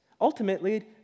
ultimately